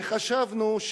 וחשבנו,